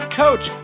coach